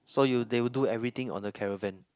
so you they will do everything on the caravan